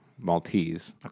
Maltese